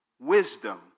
Wisdom